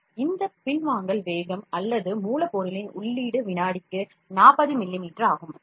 எனவே இந்த பின்வாங்கல் வேகம் அல்லது மூலப்பொருளின் உள்ளீடு வினாடிக்கு 40 மில்லிமீட்டர் ஆகும்